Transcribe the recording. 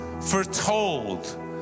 foretold